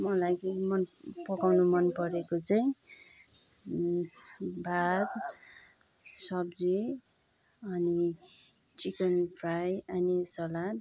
मलाई मन पकाउनु मन परेको चाहिँ भात सब्जी अनि चिकन फ्राई अनि सलाद